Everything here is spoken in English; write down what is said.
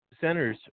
centers